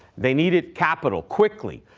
they needed capital quickly.